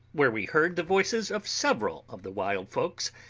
where we heard the voices of several of the wild folks,